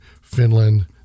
finland